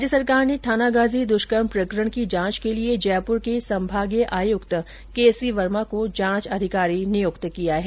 राज्य सरकार ने थानागाजी द्वष्कर्म प्रकरण की जांच के लिए जयपुर के संभागीय आयुक्त के सी वर्मा को जांच अधिकारी नियुक्त किया है